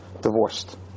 divorced